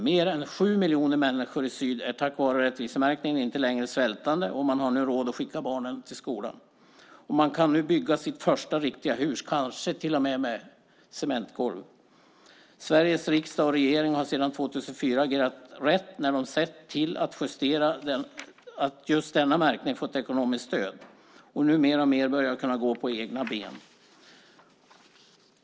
Mer än sju miljoner människor i syd är tack vare rättvisemärkningen inte längre svältande och man har nu råd att skicka barnen till skolan. Man kan bygga sitt första riktiga hus, kanske med cementgolv till och med. Sveriges riksdag och regering har sedan 2004 agerat rätt när de har sett till att just denna märkning fått ekonomiskt stöd och nu mer och mer börjat stå på egna ben.